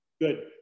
Good